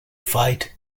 fight